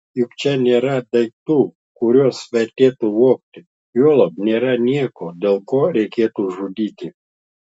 juk čia nėra daiktų kuriuos vertėtų vogti juolab nėra nieko dėl ko reikėtų žudyti